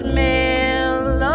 smell